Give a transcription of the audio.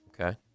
Okay